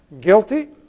Guilty